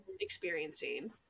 experiencing